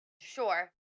Sure